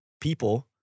People